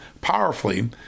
powerfully